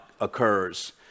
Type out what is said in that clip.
occurs